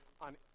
on